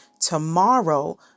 tomorrow